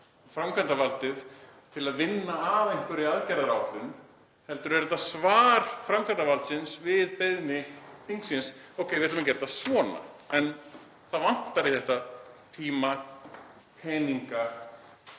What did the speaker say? framkvæmdarvaldið til að vinna að einhverri aðgerðaáætlun, heldur er þetta svar framkvæmdarvaldsins við beiðni þingsins. Það segir: Við ætlum að gera þetta svona. En það vantar í þetta tíma, peninga